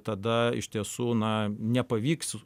tada iš tiesų na nepavyks